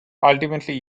ultimately